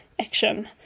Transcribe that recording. action